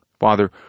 Father